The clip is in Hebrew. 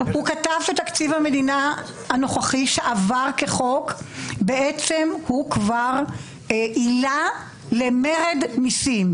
שתקציב המדינה הנוכחי שעבר כחוק בעצם הוא כבר עילה למרד מיסים.